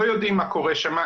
לא יודעים מה קורה שם,